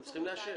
הם צריכים לאשר.